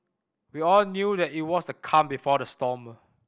we all knew that it was the calm before the storm